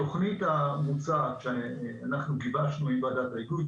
התכנית המוצעת שאנחנו גיבשנו עם ועדת ההיגוי,